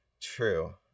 true